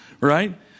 Right